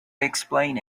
explain